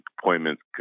appointments